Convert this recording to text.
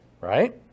Right